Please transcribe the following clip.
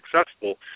successful